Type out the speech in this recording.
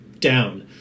down